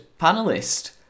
panelist